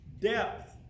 depth